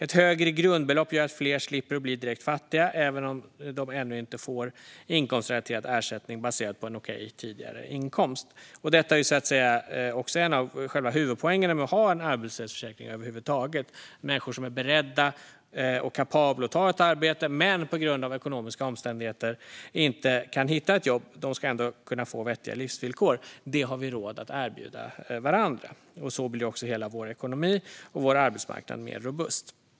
Ett högre grundbelopp gör att fler slipper bli direkt fattiga, även om de ännu inte får inkomstrelaterad ersättning baserad på en okej tidigare inkomst. Detta är också en av själva huvudpoängerna med att ha en arbetslöshetshetsförsäkring över huvud taget: Människor som är beredda och kapabla att ta ett arbete men som på grund av ekonomiska omständigheter inte kan hitta ett jobb ska ändå kunna få vettiga livsvillkor. Det har vi råd att erbjuda varandra. Så blir också hela vår ekonomi och vår arbetsmarknad mer robust.